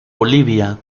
bolivia